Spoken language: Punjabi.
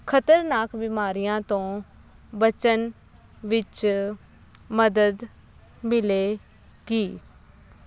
ਖ਼ਤਰਨਾਕ ਬਿਮਾਰੀਆਂ ਤੋਂ ਬਚਣ ਵਿੱਚ ਮਦਦ ਮਿਲੇਗੀ